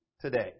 today